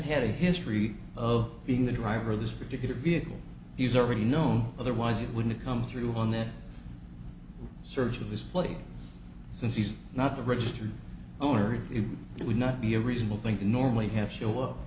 had a history of being the driver this particular vehicle he's already known otherwise it wouldn't come through on that search of this place since he's not the registered owner it would not be a reasonable thing to normally have show up